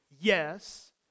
Yes